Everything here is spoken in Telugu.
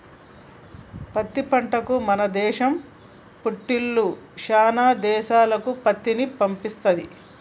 పత్తి పంటకు మన దేశం పుట్టిల్లు శానా దేశాలకు పత్తిని పంపిస్తది